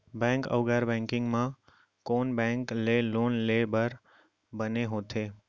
Bank अऊ गैर banking म कोन बैंक ले लोन लेहे बर बने होथे?